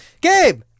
gabe